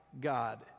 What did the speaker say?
God